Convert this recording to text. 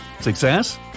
Success